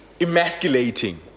emasculating